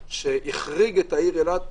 שהחריג את העיר אילת,